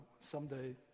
someday